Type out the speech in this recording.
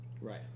right